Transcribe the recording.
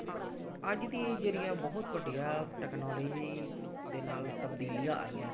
ਹਾਂ ਅੱਜ ਦੀ ਇਹ ਜਿਹੜੀ ਆ ਬਹੁਤ ਵੱਡੀਆਂ ਟੈਕਨੋਲੋਜੀ ਦੇ ਨਾਲ ਤਬਦੀਲੀਆਂ ਆਈਆਂ